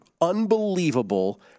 unbelievable